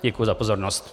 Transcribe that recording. Děkuji za pozornost.